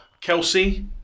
Kelsey